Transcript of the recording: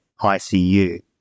ICU